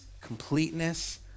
completeness